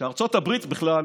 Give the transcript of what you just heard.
שארצות הברית בכלל,